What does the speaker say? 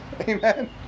Amen